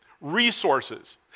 resources